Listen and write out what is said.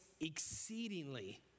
exceedingly